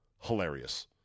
hilarious